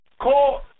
call